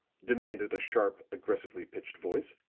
demanded a sharp, aggressively pitched voice,